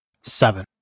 Seven